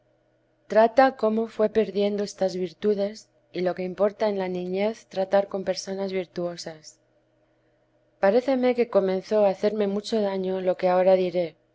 trata cómo fué perdiendo estas virtudes y lo que importa en la niñez tratar con personas virtuosas paréceme que comenzó a hacerme mucho daño lo que ahora diré